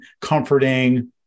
comforting